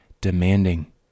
demanding